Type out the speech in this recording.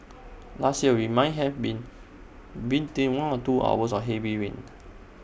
last year we might have been one and two hours of heavy rain